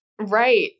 Right